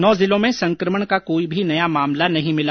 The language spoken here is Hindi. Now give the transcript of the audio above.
नौ जिलों में संकमण का कोई भी नया मामला नहीं मिला